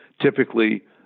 Typically